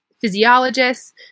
physiologists